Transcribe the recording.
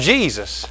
Jesus